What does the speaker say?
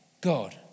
God